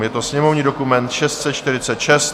Je to sněmovní dokument 646.